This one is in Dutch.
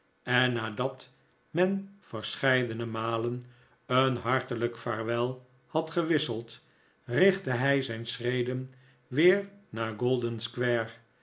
en nadat men verscheidene malen een hartelijk vaarwel had gewisseld richtte hij zijn schreden weer naar